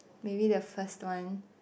maybe the first one